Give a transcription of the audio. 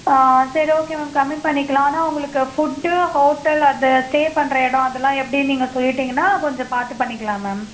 ஆ சரி okay ma'am கம்மி பண்ணிக்கலாம் ஆனால் உங்களுக்கு ஃபுட்டு ஹோட்டல் அந்த ஸ்டே பண்ணுற இடம் அதெல்லாம் எப்படி நீங்கள் சொல்லிவிட்டிங்கன்னா கொஞ்சம் பார்த்து பண்ணிக்கலாம் மேம்